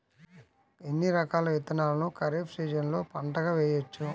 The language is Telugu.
ఎన్ని రకాల విత్తనాలను ఖరీఫ్ సీజన్లో పంటగా వేయచ్చు?